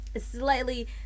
Slightly